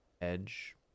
Edge